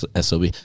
SOB